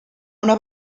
una